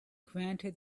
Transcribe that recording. granted